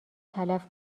تلف